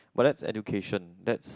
but that's education that's